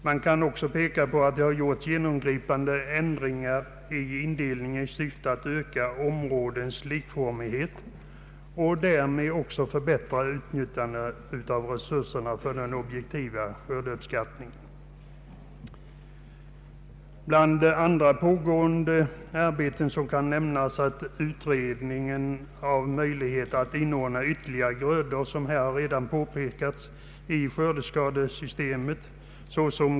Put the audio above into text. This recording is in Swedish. Jag vill framhålla att det har gjorts genomgripande ändringar av indelningen i syfte att öka områdenas likformighet så att man förbättrat möjligheterna att utföra objektiva skördeuppskattningar. Bland andra pågående arbeten kan nämnas utredning av möjligheten att inordna ytterligare grödor, såsom kokärter och vallfröer i skadeskyddssystemet.